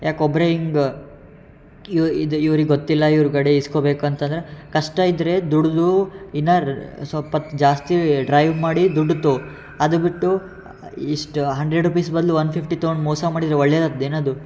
ಯಾಕೆ ಒಬ್ಬರೇ ಹಿಂಗೆ ಇವು ಇದು ಇವ್ರಿಗೆ ಗೊತ್ತಿಲ್ಲ ಇವ್ರ ಕಡೆ ಇಸ್ಕೊಳ್ಬೇಕು ಅಂತಂದ್ರೆ ಕಷ್ಟ ಇದ್ದರೆ ದುಡ್ದು ಇನ್ನೂ ಸ್ವಲ್ಪೊತ್ತು ಜಾಸ್ತಿ ಡ್ರೈವ್ ಮಾಡಿ ದುಡ್ಡು ತಗೊ ಅದು ಬಿಟ್ಟು ಇಷ್ಟ ಹಂಡ್ರೆಡ್ ರುಪೀಸ್ ಬದಲು ಒನ್ ಫಿಫ್ಟಿ ತಗೊಂಡು ಮೋಸ ಮಾಡಿದ್ರೆ ಒಳ್ಳೆಯದಾಗ್ತದೆ ಏನು ಅದು